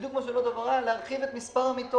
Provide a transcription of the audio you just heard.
בדיוק כמו שזה לא דבר רע להרחיב את מספר המיטות.